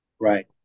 Right